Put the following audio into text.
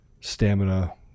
stamina